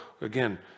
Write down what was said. again